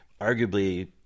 arguably